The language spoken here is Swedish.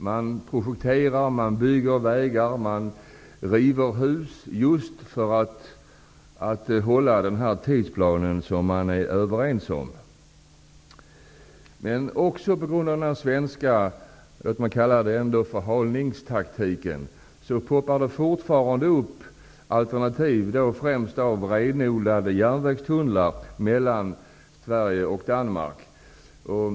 Man projekterar, bygger vägar, river hus för att hålla den tidsplan man är överens om. Just på grund av det jag vill kalla den svenska förhalningstaktiken poppar det fortfarande upp alternativa förslag. Främst gäller dessa renodlade järnvägstunnlar mellan Sverige och Danmark.